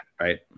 right